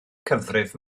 cyfrif